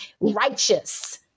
righteous